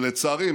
אבל לצערי,